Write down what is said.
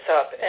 up